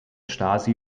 stasi